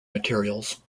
materials